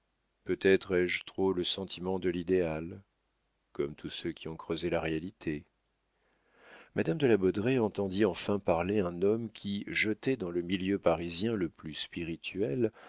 peut-être ai-je trop le sentiment de l'idéal comme tous ceux qui ont creusé la réalité madame de la baudraye entendit enfin parler un homme qui jeté dans le milieu parisien le plus spirituel